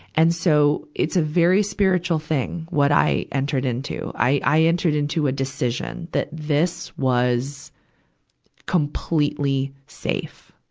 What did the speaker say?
and so, it's a very spiritual thing, what i entered into. i, i entered into a decision that this was completely safe.